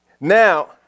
Now